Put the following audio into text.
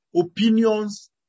opinions